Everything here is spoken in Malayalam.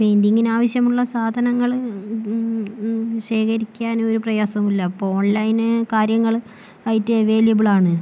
പെയിൻറിങ്ങിന് ആവശ്യമുള്ള സാധനങ്ങൾ ശേഖരിക്കാൻ ഒരു പ്രയാസവുമില്ല ഇപ്പോൾ ഓൺലൈൻ കാര്യങ്ങൾ ആയിട്ട് അവൈലബിൾ ആണ്